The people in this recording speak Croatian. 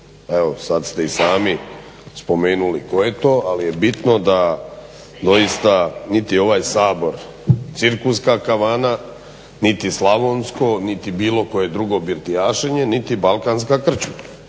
Evo sad ste i sami spomenuli tko je to. Ali je bitno da doista niti je ovaj Sabor cirkuska kavana niti slavonsko niti bilo koje drugo birtijašenje niti balkanska krčma